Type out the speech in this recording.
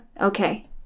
Okay